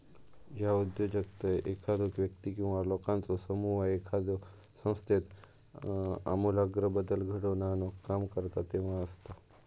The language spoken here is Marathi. ह्या उद्योजकता एखादो व्यक्ती किंवा लोकांचो समूह एखाद्यो संस्थेत आमूलाग्र बदल घडवून आणुक काम करता तेव्हा असता